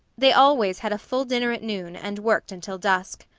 they always had a full dinner at noon and worked until dusk.